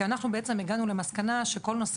כי אנחנו בעצם הגענו למסקנה שכל נושא